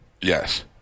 Yes